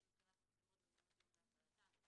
התקנת מצלמות במעונות יום לפעוטות והפעלתן,